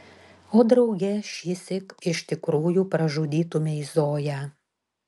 o drauge šįsyk iš tikrųjų pražudytumei zoją